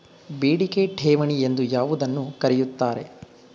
ಬೇಡಿಕೆ ಠೇವಣಿ ಎಂದು ಯಾವುದನ್ನು ಕರೆಯುತ್ತಾರೆ?